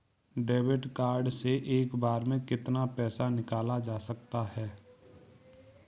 Debit card से एक बार में कितना पैसा निकाला जा सकता है?